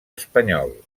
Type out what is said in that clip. espanyol